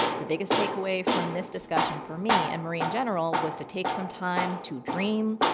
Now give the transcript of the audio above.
the biggest takeaway from this discussion for me and marie in general, was to take some time to dream,